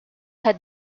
had